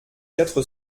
quatre